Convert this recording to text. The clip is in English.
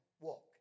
walk